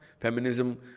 Feminism